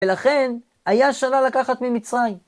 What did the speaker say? ולכן, היה שנה לקחת ממצרים.